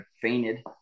fainted